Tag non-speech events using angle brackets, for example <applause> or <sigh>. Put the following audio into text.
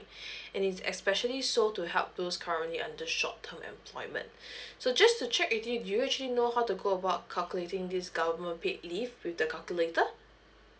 <breath> and it's especially sold to help those currently under short term employment <breath> so just to check with you do you actually know how to go about calculating this government paid leave with the calculator